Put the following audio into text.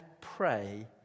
pray